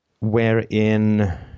wherein